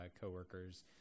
co-workers